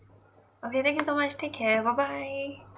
okay thank you so much take care bye bye